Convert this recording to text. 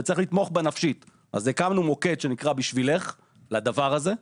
לכן הקמנו מוקד שנקרא ׳בשבילך׳ לטובת הנושא הזה.